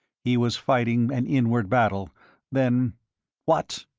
he was fighting an inward battle then what!